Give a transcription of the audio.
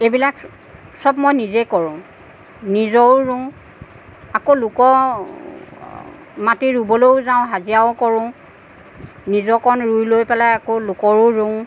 এই বিলাক চব মই নিজেই কৰোঁ নিজৰো ৰোওঁ আকৌ লোকৰ মাটি ৰুবলৈও যাওঁ হাজিৰাও কৰোঁ নিজৰকণ ৰুই লৈ পেলাই আকৌ লোকৰো ৰোওঁ